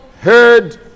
heard